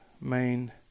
main